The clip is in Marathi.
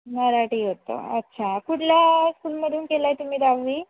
मराठी होतं अच्छा कुठल्या स्कूलमधून केलं आहे तुम्ही दहावी